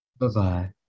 Bye-bye